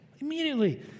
immediately